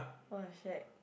!wah! shagged